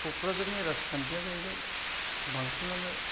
कक्राझारनि राजखान्थिया जाहैबाय बांसिनानो